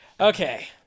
Okay